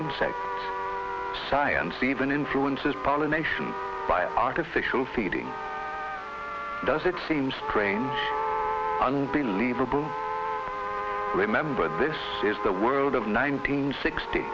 insect science even influences pollination by artificial feeding does it seem strange unbelievable remember this is the world of nine